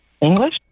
English